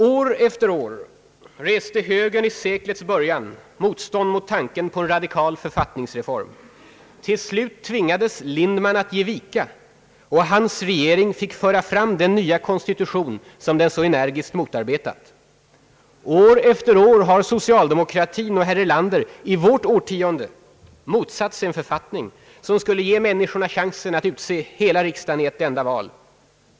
År efter år reste högern i seklets början motstånd mot tanken på en radikal författningsreform. Till slut tvingades Lindman att ge vika, och hans regering fick föra fram den nya konstitution som den så energiskt motarbetat. — År efter år har socialdemokratin och herr Erlander i vårt årtionde motsatt sig en författning som skulle ge människorna chansen att utse hela riksdagen i ett enda val.